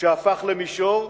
שהפך למישור,